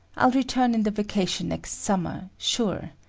i'll return in the vacation next summer, sure.